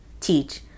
teach